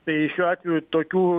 tai šiuo atveju tokių